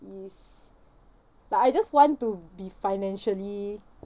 is like I just want to be financially